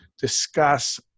discuss